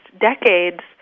decades